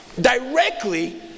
directly